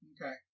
Okay